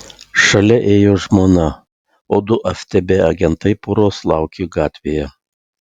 šalia ėjo žmona o du ftb agentai poros laukė gatvėje